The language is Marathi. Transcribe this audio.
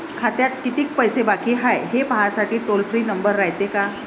खात्यात कितीक पैसे बाकी हाय, हे पाहासाठी टोल फ्री नंबर रायते का?